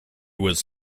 was